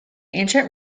ancient